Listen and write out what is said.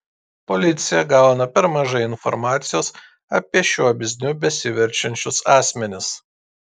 policija gauna per mažai informacijos apie šiuo bizniu besiverčiančius asmenis